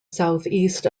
southeast